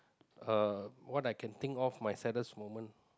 uh what I can think of my saddest moment